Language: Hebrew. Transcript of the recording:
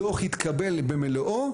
הדו"ח התקבל במלואו,